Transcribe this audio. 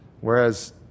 whereas